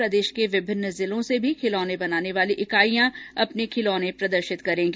इसमें प्रदेश के विभिन्न जिलों से भी खिलौने बनाने वाली इकाइयां अपने खिलौने प्रदर्शित करेंगी